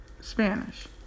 Spanish